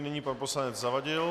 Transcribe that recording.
Nyní pan poslanec Zavadil.